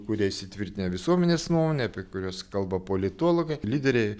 kurie įsitvirtinę visuomenės nuomonė apie kurias kalba politologai lyderiai